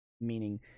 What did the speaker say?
meaning